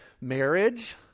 marriage